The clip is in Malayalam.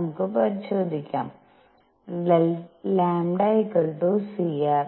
നമുക്ക് പരിശോധിക്കാം λcr dλcλdrcrdλλcdrcr